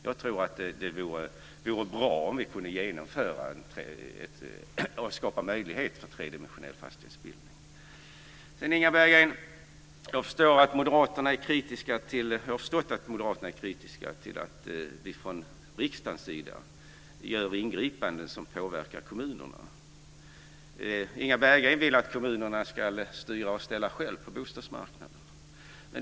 Jag tror att det vore bra om vi kunde skapa möjligheter till en tredimensionell fastighetsbildning. Inga Berggren! Jag har vidare förstått att moderaterna är kritiska till att det från riksdagens sida görs ingripanden som påverkar kommunerna. Inga Berggren vill att kommunerna ska styra och ställa själva på bostadsmarknaden.